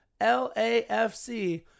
LAFC